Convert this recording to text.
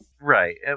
Right